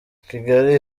kigali